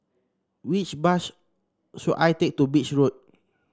which bus should I take to Beach Road